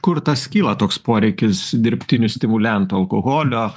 kur tas kyla toks poreikis dirbtinių stimuliantų alkoholio